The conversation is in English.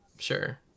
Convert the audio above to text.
Sure